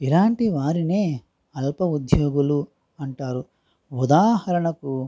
ఇలాంటి వారినే అల్ప ఉద్యోగులు అంటారు ఉదాహరణకు